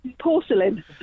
porcelain